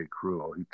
cruel